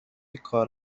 کار